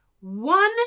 One